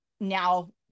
now